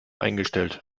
eingestellt